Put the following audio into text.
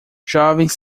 jovens